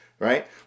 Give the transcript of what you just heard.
right